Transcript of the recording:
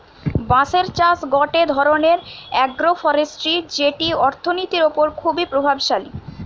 বাঁশের চাষ গটে ধরণের আগ্রোফরেষ্ট্রী যেটি অর্থনীতির ওপর খুবই প্রভাবশালী